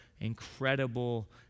incredible